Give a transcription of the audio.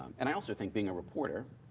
and i also think being a reporter,